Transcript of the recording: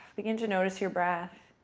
begin to notice your breath.